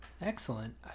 Excellent